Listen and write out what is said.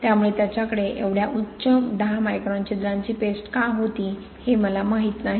त्यामुळे त्याच्याकडे एवढ्या उच्च 10 मायक्रॉन छिद्रांची पेस्ट का होती हे मला माहीत नाही